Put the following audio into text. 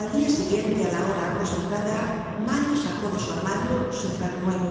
al dia siguiente á la hora acostumbrada mario sacó de su armario su frac nuevo